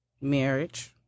marriage